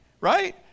Right